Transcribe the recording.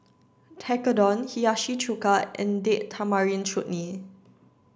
Tekkadon Hiyashi Chuka and Date Tamarind Chutney